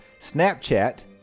snapchat